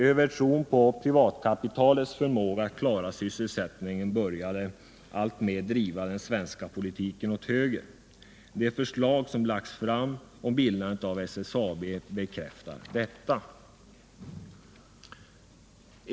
Övertron på privatkapitalets förmåga att klara sysselsättningen började alltmer driva den svenska politiken åt höger. Det förslag som lagts fram om bildandet av SSAB bekräftar detta.